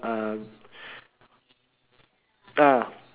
uh ah